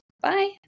Bye